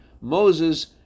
Moses